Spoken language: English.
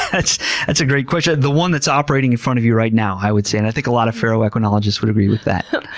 that's that's a great question. the one that's operating in front of you right now i would say, and i think a lot of ferroequinologists would agree with that.